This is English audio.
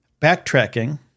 backtracking